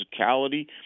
physicality